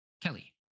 kelly